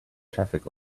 traffic